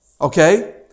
Okay